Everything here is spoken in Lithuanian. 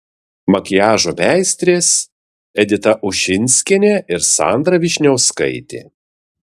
makiažo meistrės edita ušinskienė ir sandra vyšniauskaitė